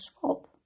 swap